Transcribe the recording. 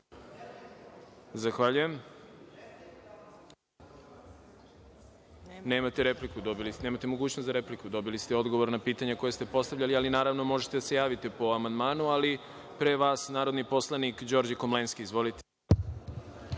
Zahvaljujem.(Nenad Konstantinović, s mesta: Replika.)Nemate mogućnost za repliku. Dobili ste odgovor na pitanje koje ste postavljali, ali naravno možete da se javite po amandmanu, ali pre vas narodni poslanik Đorđe Komlenski. Izvolite.